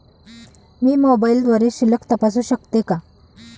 मी मोबाइलद्वारे शिल्लक तपासू शकते का?